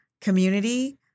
community